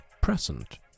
present